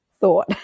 thought